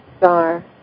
star